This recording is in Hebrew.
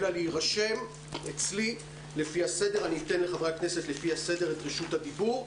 אבקש להירשם אצלי ואני אתן את רשות הדיבור לפי הסדר.